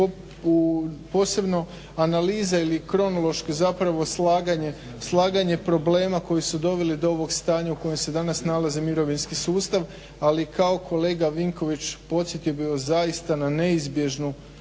posebno analiza ili kronološko slaganje problema koji su doveli do ovog stanja u kojem se danas nalazi mirovinski sustav, ali kao kolega Vinković podsjetio bih vas zaista na neizbježnu